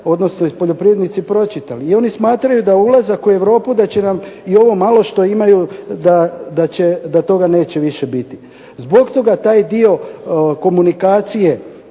odnosno poljoprivrednici pročitali i oni smatraju da ulazak u Europu da će nam i ovo malo što imaju da toga više neće biti. Zbog toga taj dio komunikacije